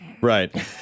right